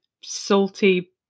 salty